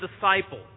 disciple